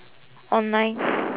online